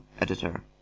Editor